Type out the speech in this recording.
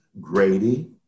Grady